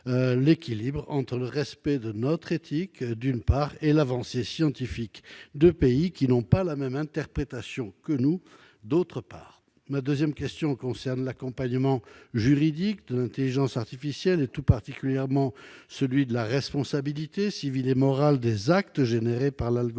d'une part, le respect de notre éthique et, d'autre part, l'avancée scientifique de pays qui n'ont pas la même interprétation des valeurs que nous ? Ma deuxième question concerne l'accompagnement juridique de l'intelligence artificielle, et tout particulièrement celui de la responsabilité civile et morale des actes provoqués par l'algorithme.